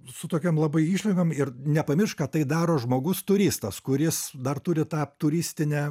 su tokiom labai išlygom ir nepamiršk kad tai daro žmogus turistas kuris dar turi tą turistinę